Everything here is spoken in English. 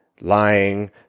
lying